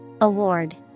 Award